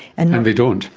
and they don't.